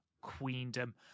queendom